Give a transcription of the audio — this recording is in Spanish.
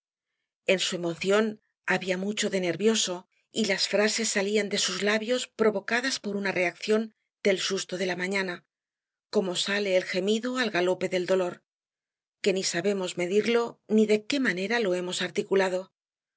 en su emoción había mucho de nervioso y las frases salían de sus labios provocadas por una reacción del susto de la mañana como sale el gemido al golpe del dolor que ni sabemos medirlo ni de qué manera lo hemos articulado